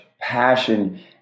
passion